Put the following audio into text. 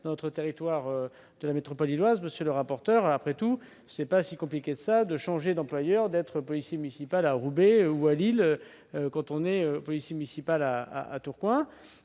Dans notre territoire de la métropole lilloise, monsieur le rapporteur, il n'est pas si compliqué de changer d'employeur, d'être policier municipal à Roubaix ou à Lille, lorsqu'on est policier municipal à Tourcoing.